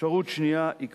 אפשרות שנייה היא,